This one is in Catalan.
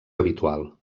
habitual